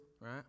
right